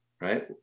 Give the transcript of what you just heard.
right